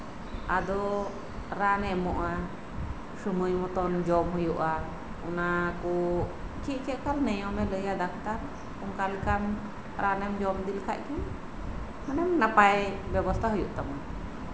ᱟᱫᱚ ᱨᱟᱱᱮ ᱮᱢᱚᱜᱼᱟ ᱥᱚᱢᱚᱭ ᱢᱚᱛᱚ ᱚᱱᱟ ᱠᱚ ᱪᱮᱫ ᱞᱮᱠᱟ ᱱᱤᱭᱚᱢᱮ ᱢᱮᱱᱟ ᱰᱟᱠᱛᱟᱨ ᱚᱱᱠᱟ ᱞᱮᱠᱟ ᱨᱟᱱ ᱮᱢ ᱡᱚᱢ ᱞᱮᱠᱷᱟᱡᱜᱮ ᱱᱟᱯᱟᱭ ᱵᱮᱵᱚᱥᱛᱷᱟ ᱦᱩᱭᱩᱜ ᱛᱟᱢᱟ